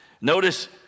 notice